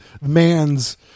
man's